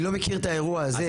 אני לא מכיר את האירוע הזה.